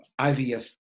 IVF